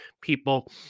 people